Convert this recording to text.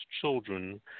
children